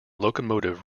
locomotive